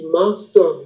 master